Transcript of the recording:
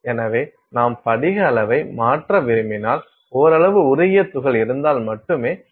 எனவே நாம் படிக அளவை மாற்ற விரும்பினால் ஓரளவு உருகிய துகள் இருந்தால் மட்டுமே அதை நிறைவேற்ற முடியாது